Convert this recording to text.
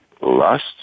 lust